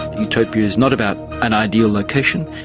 utopia is not about an ideal location,